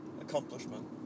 Accomplishment